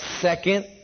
second